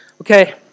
Okay